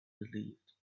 relieved